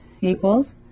equals